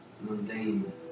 mundane